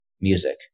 music